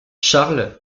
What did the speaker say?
charles